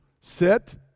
Sit